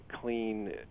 clean